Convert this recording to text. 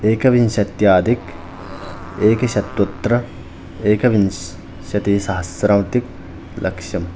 एकविंशत्याधिक एकशतोत्तर एकविंशतिसहस्राधिक लक्षम्